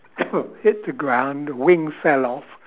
hit the ground wing fell off